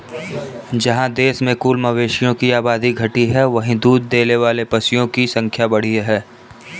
जहाँ देश में कुल मवेशियों की आबादी घटी है, वहीं दूध देने वाले पशुओं की संख्या बढ़ी है